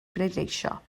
bleidleisio